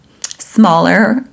smaller